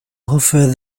offered